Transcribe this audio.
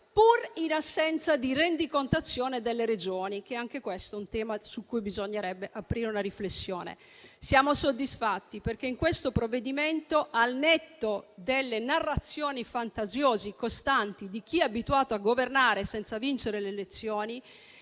pur in assenza di rendicontazione delle Regioni, e anche questo è un tema su cui bisognerebbe aprire una riflessione. Siamo soddisfatti perché nel provvedimento in esame, al netto delle costanti narrazioni fantasiose di chi è abituato a governare senza vincere le elezioni